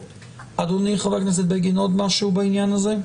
אדוני, חבר הכנסת בגין, עוד משהו בעניין הזה?